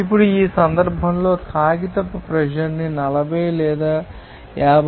ఇప్పుడు ఈ సందర్భంలో కాగితపు ప్రెషర్ న్ని 40 లేదా 52